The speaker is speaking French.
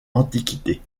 antiquités